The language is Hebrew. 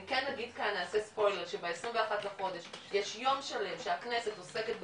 אני כן אגיד כאן שבעשרים ואחד לחודש יש יום שלם שהכנסת עוסקת בחקלאות.